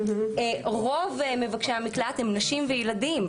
רוב מבקשי המקלט הם נשים וילדים.